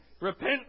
Repent